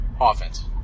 Offense